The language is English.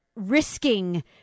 risking